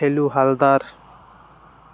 Felu Haldar